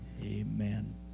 Amen